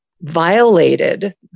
violated